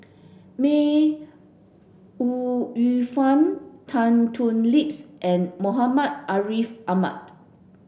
May Ooi Yu Fen Tan Thoon Lips and Muhammad Ariff Ahmad